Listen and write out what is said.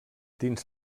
dins